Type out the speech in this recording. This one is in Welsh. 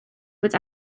bod